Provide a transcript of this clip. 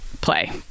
play